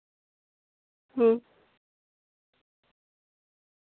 ᱦᱮᱸ